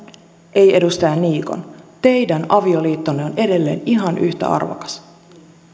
ei edustaja niikon teidän avioliittonne on edelleen ihan yhtä arvokas